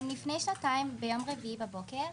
לפני שנתיים, ביום רביעי בבוקר,